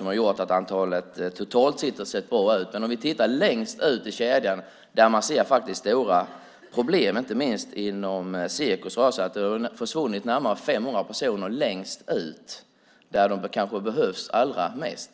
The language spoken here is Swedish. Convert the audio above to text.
har gjort att antalet totalt sett ser bra ut. Men om vi tittar längst ut i kedjan ser vi stora problem, inte minst inom Seko. Det har försvunnit närmare 500 personer längst ut, där de kanske behövs allra mest.